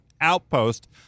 outpost